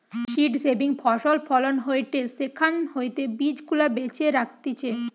seed saving ফসল ফলন হয়টে সেখান হইতে বীজ গুলা বেছে রাখতিছে